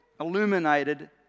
illuminated